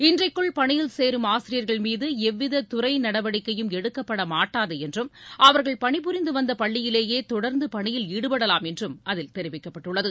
இன்றைக்குள் பணியில் சேரும் ஆசிரியர்கள்மீது எவ்வித துறை நடவடிக்கையும் எடுக்கப்படமாட்டாது என்றும் அவர்கள் பணிபுரிந்து வந்த பள்ளியிலேயே தொடர்ந்து பணியில் ஈடுபடலாம் என்றும் அதில் தெரிவிக்கப்பட்டுள்ளது